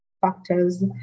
factors